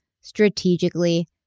strategically